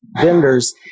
vendors